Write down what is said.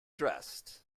dressed